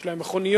יש להם מכוניות,